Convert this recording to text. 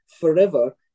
forever